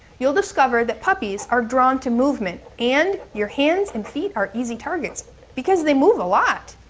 you'll discover that puppies are drawn to movement and your hands and feet are easy targets because they move a lot.